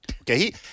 okay